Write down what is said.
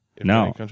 no